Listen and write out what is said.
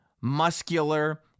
muscular